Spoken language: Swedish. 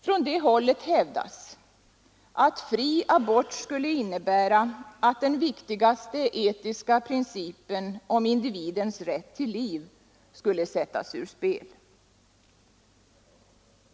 Från det hållet hävdas att fri abort skulle innebära att den viktigaste etiska principen om individens rätt till liv skulle sättas ur spel.